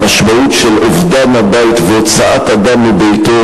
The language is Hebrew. המשמעות של אובדן הבית והוצאת אדם מביתו